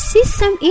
System